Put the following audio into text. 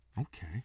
okay